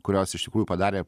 kurios iš tikrųjų padarė